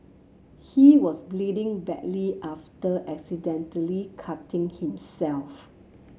he was bleeding badly after accidentally cutting himself